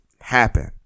happen